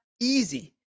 easy